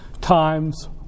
times